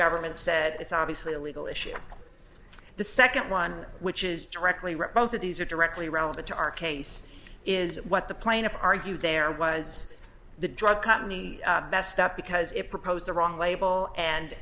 government said it's obviously a legal issue the second one which is directly relative these are directly relevant to our case is what the plaintiff argued there was the drug company messed up because it proposed the wrong label and